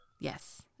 yes